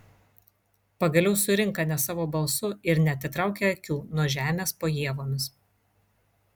pagaliau surinka ne savo balsu ir neatitraukia akių nuo žemės po ievomis